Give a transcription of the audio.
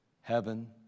heaven